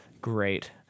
great